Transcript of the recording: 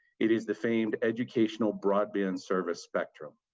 it is the sameed educational broadband service spectrum.